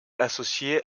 associée